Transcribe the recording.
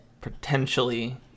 potentially